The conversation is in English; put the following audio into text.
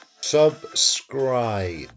subscribe